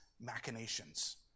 machinations